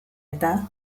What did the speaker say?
eta